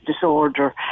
disorder